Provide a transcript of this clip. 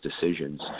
decisions